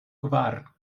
kvar